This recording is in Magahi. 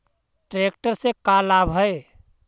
ट्रेक्टर से का लाभ है?